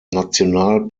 national